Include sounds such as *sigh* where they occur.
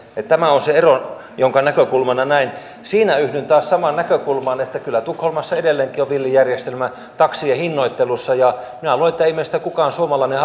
tämä on se ero jonka näkökulmana näen siinä yhdyn taas samaan näkökulmaan että kyllä tukholmassa edelleenkin on villi järjestelmä taksien hinnoittelussa minä luulen että ei meistä kukaan suomalainen *unintelligible*